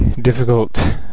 difficult